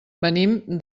venim